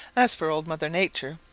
as for old mother nature,